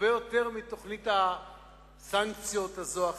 הרבה יותר מתוכנית סנקציות כזאת או אחרת.